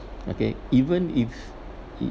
okay even if